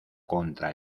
contra